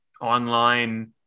online